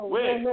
Wait